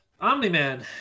Omni-Man